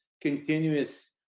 continuous